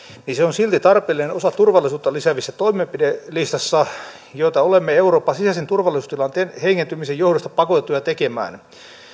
niin se on silti tarpeellinen osa listassa turvallisuutta lisääviä toimenpiteitä joita olemme euroopan sisäisen turvallisuustilanteen heikentymisen johdosta pakotettuja tekemään